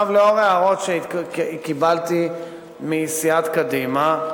לאור ההערות שקיבלתי מסיעת קדימה,